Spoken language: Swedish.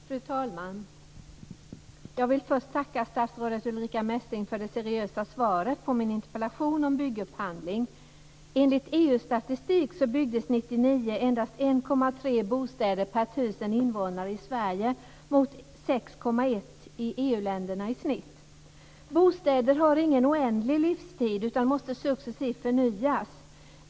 Fru talman! Jag vill först tacka statsrådet Ulrica Messing för det seriösa svaret på min interpellation om byggupphandling. Enligt EU-statistik byggdes 1999 endast 1,3 bostäder per 1 000 invånare i Sverige mot 6,1 i EU-länderna i snitt. Bostäder har inte en oändlig livstid utan måste successivt förnyas.